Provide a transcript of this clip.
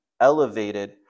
elevated